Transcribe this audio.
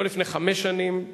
לא לפני חמש שנים,